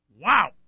Wow